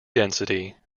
density